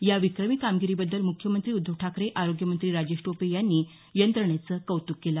या विक्रमी कामगिरीबद्दल मुख्यमंत्री उद्धव ठाकरे आरोग्यमंत्री राजेश टोपे यांनी यंत्रणेचं कौतुक केलं